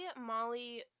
Molly